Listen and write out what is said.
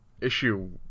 issue